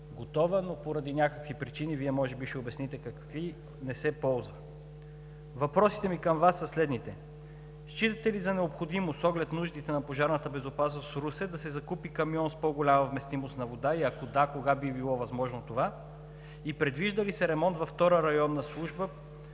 готова, но поради някакви причини – Вие може би ще обясните какви, не се ползва. Въпросите ми към Вас са следните: считате ли за необходимо с оглед нуждите на пожарната безопасност в Русе да се закупи камион с по-голяма вместимост на вода и ако да, кога би било възможно това? Предвижда ли се ремонт във Втора районна служба,